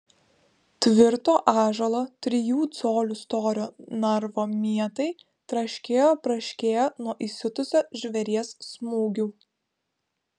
tvirto ąžuolo trijų colių storio narvo mietai traškėjo braškėjo nuo įsiutusio žvėries smūgių